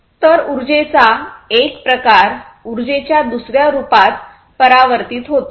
तर उर्जेचा एक प्रकार उर्जेच्या दुसर्या रूपात परिवर्तीत होतो